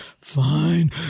fine